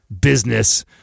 business